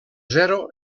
zero